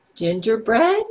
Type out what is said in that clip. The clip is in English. Gingerbread